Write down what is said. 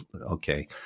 Okay